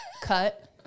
Cut